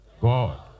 God